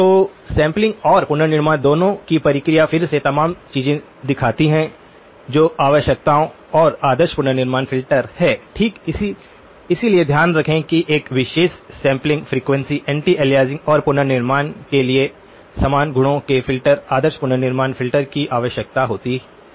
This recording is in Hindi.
तो सैंपलिंग और पुनर्निर्माण दोनों की प्रक्रिया फिर से समान चीजें दिखाती हैं जो आवश्यकताओं और आदर्श पुनर्निर्माण फिल्टर है ठीक इसलिए ध्यान रखें कि एक विशेष सैंपलिंग फ्रीक्वेंसी एंटी अलियासिंग और पुनर्निर्माण के लिए समान गुणों के फिल्टर आदर्श पुनर्निर्माण फिल्टर की आवश्यकता होती है